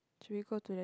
should we go to